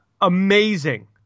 Amazing